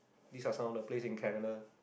these are some of the place in Canada